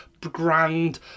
grand